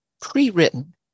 pre-written